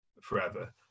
forever